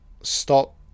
Stop